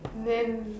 then